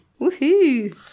Woohoo